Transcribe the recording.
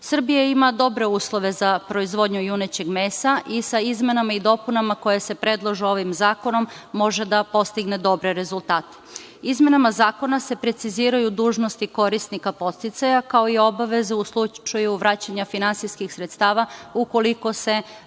Srbija ima dobre uslove za proizvodnju junećeg mesa i sa izmenama i dopunama koje se predlažu ovim zakonom može da postigne dobre rezultate. Izmenama zakona se preciziraju dužnosti korisnika podsticaja kao i obaveza u slučaju vraćanja finansijskih sredstava ukoliko se